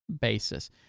basis